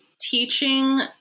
teaching